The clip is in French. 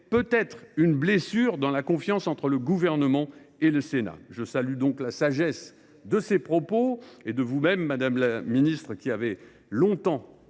peut être une blessure dans la confiance entre le Gouvernement et le Sénat. Je salue donc la sagesse de ces propos et la vôtre, madame la ministre, vous qui avez longtemps